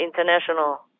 international